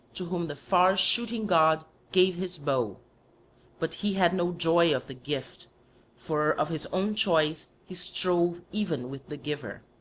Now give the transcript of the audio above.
to whom the far-shooting god gave his bow but he had no joy of the gift for of his own choice he strove even with the giver.